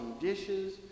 dishes